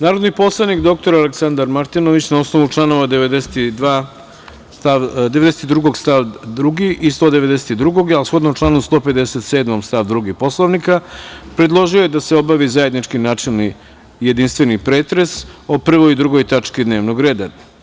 Narodni poslanik, dr Aleksandar Martinović, na osnovu čl. 92. stav 2. i 192, a shodno članu 157. stav 2. Poslovnika, predložio je da se obavi zajednički načelni i jedinstveni pretres o 1. i 2. tački dnevnog reda.